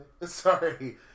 Sorry